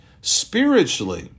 spiritually